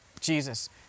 Jesus